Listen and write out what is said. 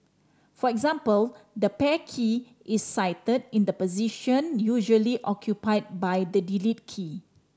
for example the Pair key is sited in the position usually occupied by the Delete key